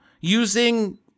using